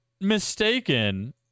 mistaken